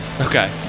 Okay